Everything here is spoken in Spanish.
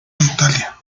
italia